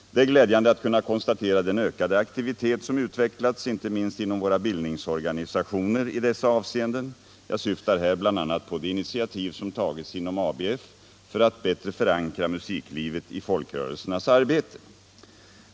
Det är vidare glädjande att kunna konstatera den ökade aktivitet som utvecklats inte minst inom våra bildningsorganisationer i dessa avseenden. Jag syftar här bl.a. på de initiativ som tagits inom ABF för att bättre förankra musiklivet i folkrörelsernas arbete.